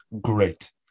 great